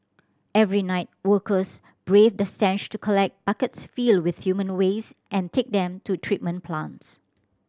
every night workers braved the stench to collect buckets filled with human waste and take them to treatment plants